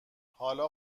حالا